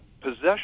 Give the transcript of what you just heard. Possession